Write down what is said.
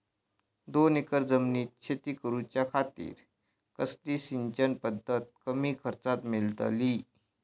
दोन एकर जमिनीत शेती करूच्या खातीर कसली सिंचन पध्दत कमी खर्चात मेलतली?